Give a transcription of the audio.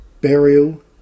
burial